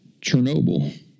Chernobyl